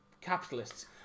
capitalists